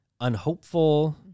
unhopeful